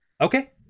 Okay